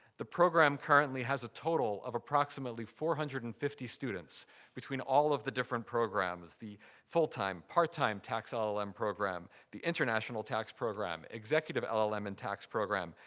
the program currently has a total of approximately four hundred and fifty students between all of the different programs the full-time, part-time tax llm and program, the international tax program, executive llm in tax program,